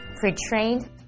Pre-trained